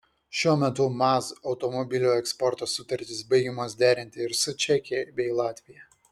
šiuo metu maz automobilių eksporto sutartys baigiamos derinti ir su čekija bei latvija